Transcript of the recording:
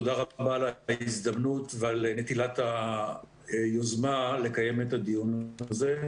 תודה רבה על ההזדמנות ועל נטילת היוזמה לקיים את הדיון הזה.